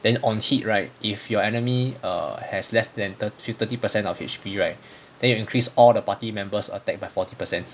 then on heat right if your enemy err has less than thirt~ thirty percent of H_P right then it will increase all the party members' attack by forty percent